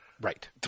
Right